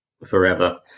Forever